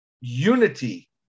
unity